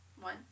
One